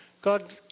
God